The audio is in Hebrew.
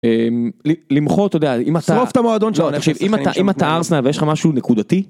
למחוא, אתה יודע, לשרוף את המועדון שלך, אני חושב, אם אתה ארסנל ויש לך משהו נקודתי.